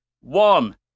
one